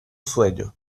sueño